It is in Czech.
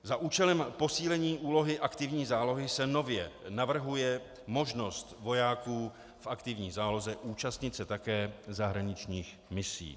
Za účelem posílení úlohy aktivní zálohy se nově navrhuje možnost vojáků v aktivní záloze účastnit se také zahraničních misí.